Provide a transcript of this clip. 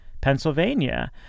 Pennsylvania